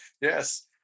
Yes